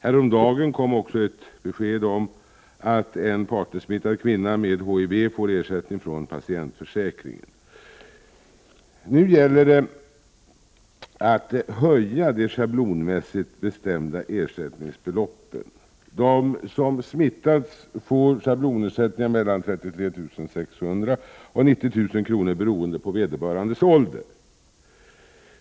Häromdagen kom också ett besked om att en partnersmittad kvinna får ersättning från patientförsäkringen. Nu gäller det att höja de schablonmässigt bestämda ersättningsbeloppen. De som smittats får schablonersättningar mellan 33 600 och 90 000 kr. beroende på vederbörandes ålder.